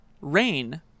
rain